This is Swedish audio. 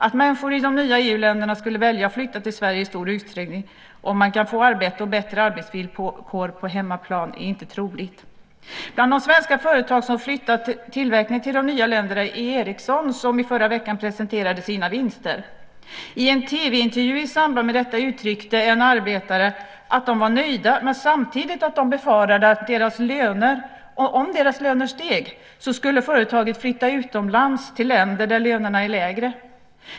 Att människor i de nya EU-länderna skulle välja att flytta till Sverige i stor utsträckning om de kan få arbete och bättre arbetsvillkor på hemmaplan är inte troligt. Bland de svenska företag som flyttat tillverkning till de nya länderna är Ericsson som i förra veckan presenterade sina vinster. I en TV-intervju i samband med detta uttryckte arbetare att de var nöjda men att de samtidigt befarade att om deras löner steg skulle företaget flytta utomlands till länder där lönerna är lägre.